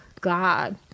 God